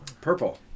Purple